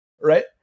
right